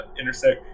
intersect